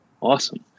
Awesome